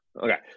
Okay